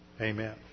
Amen